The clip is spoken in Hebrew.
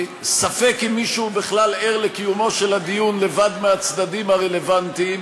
וספק אם מישהו בכלל ער לקיומו של הדיון לבד מהצדדים הרלוונטיים?